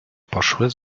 poszły